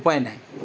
উপায় নাই